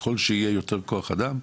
ככל שיהיה יותר כוח אדם,